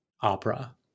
opera